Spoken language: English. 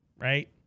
right